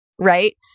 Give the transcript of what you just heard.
right